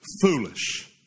foolish